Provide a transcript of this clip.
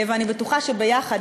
אני בטוחה שביחד,